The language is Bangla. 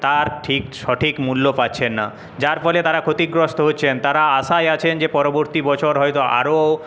তার ঠিক সঠিক মূল্য পাচ্ছেন না যার ফলে তারা ক্ষতিগ্রস্ত হচ্ছেন তারা আশায় আছেন যে পরবর্তী বছর হয়তো আরও